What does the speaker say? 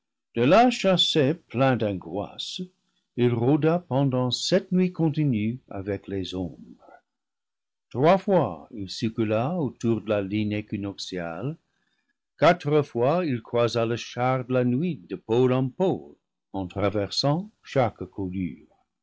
de là chassé plein d'angoisse il rôda pendant sept nuits continues avec les ombres trois fois il circula autour de la ligne équinoxiale quatre fois il croisa le char de la nuit de pôle en pôle en traversant chaque colure